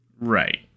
Right